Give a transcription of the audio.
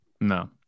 No